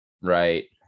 right